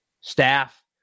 staff